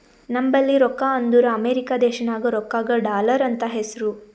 ನಂಬಲ್ಲಿ ರೊಕ್ಕಾ ಅಂದುರ್ ಅಮೆರಿಕಾ ದೇಶನಾಗ್ ರೊಕ್ಕಾಗ ಡಾಲರ್ ಅಂತ್ ಹೆಸ್ರು